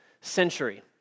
century